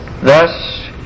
Thus